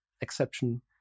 exception